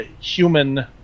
human